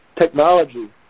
technology